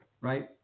right